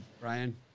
Ryan